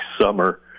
summer